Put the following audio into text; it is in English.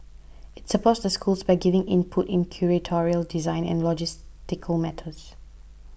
it supports the schools by giving input in curatorial design and logistical matters